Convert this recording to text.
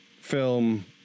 film